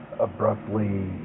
abruptly